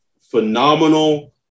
phenomenal